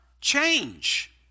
change